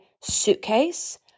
suitcase